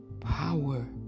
power